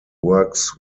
works